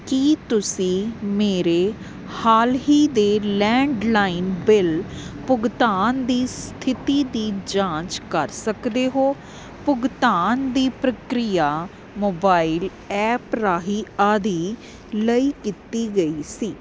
ਕੀ ਤੁਸੀਂ ਮੇਰੇ ਹਾਲ ਹੀ ਦੇ ਲੈਂਡਲਾਈਨ ਬਿੱਲ ਭੁਗਤਾਨ ਦੀ ਸਥਿਤੀ ਦੀ ਜਾਂਚ ਕਰ ਸਕਦੇ ਹੋ ਭੁਗਤਾਨ ਦੀ ਪ੍ਰਕਿਰਿਆ ਮੋਬਾਈਲ ਐਪ ਰਾਹੀਂ ਆਦੀ ਲਈ ਕੀਤੀ ਗਈ ਸੀ